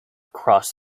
across